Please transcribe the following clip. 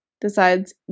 decides